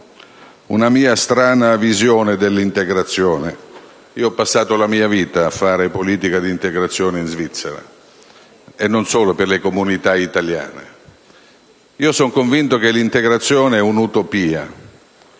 una mia strana visione dell'integrazione. Ho passato la mia vita a fare politica di integrazione in Svizzera, e non solo per le comunità italiane, e sono convinto che l'integrazione sia un'utopia,